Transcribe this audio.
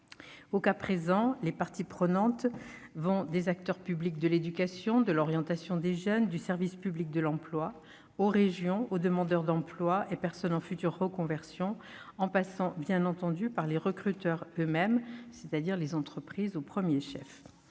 le cas présent, ces dernières comprennent les acteurs de l'éducation, de l'orientation des jeunes et du service public de l'emploi, les régions, les demandeurs d'emploi, les personnes en future reconversion et, bien entendu, les recruteurs eux-mêmes, c'est-à-dire les entreprises au premier chef.